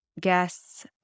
guests